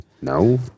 No